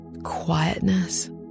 quietness